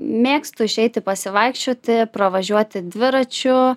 mėgstu išeiti pasivaikščioti pravažiuoti dviračiu